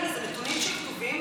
אלה נתונים שכתובים,